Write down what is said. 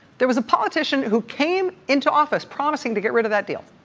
there was a politician who came into office promising to get rid of that deal.